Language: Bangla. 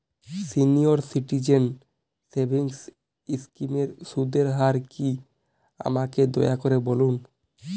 সিনিয়র সিটিজেন সেভিংস স্কিমের সুদের হার কী আমাকে দয়া করে বলুন